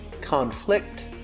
conflict